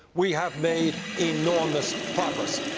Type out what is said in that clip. we have made enormous progress.